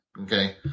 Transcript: okay